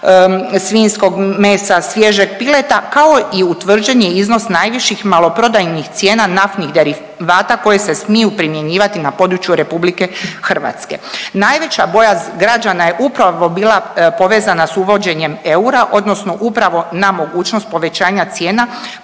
svinjskog mesa, svježeg pileta, kao i utvrđen je iznos najviših maloprodajnih cijena naftnih derivata koje se smiju primjenjivati na području RH. Najveća bojaz građana je upravo bila povezana s uvođenjem eura, odnosno upravo na mogućnost povećanja cijena,